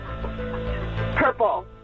Purple